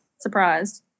surprised